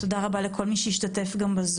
ותודה רבה גם לכל מי שהשתתף בזום.